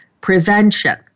prevention